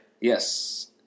Yes